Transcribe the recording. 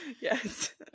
Yes